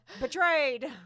Betrayed